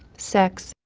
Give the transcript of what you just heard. sex,